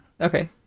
Okay